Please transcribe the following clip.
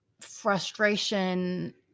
frustration